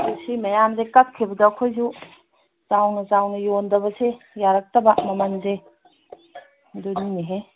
ꯁꯤ ꯃꯌꯥꯝꯁꯦ ꯀꯛꯈꯤꯕꯗ ꯑꯩꯈꯣꯏꯁꯨ ꯆꯥꯎꯅ ꯆꯥꯎꯅ ꯌꯣꯟꯗꯕꯁꯦ ꯌꯥꯔꯛꯕ ꯃꯃꯟꯁꯦ ꯑꯗꯨꯅꯤꯅꯦꯍꯦ